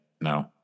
No